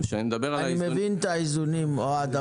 אני מבין את האיזונים, אוהד.